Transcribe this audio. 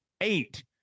eight